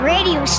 Radio